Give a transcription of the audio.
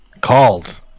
called